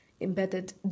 embedded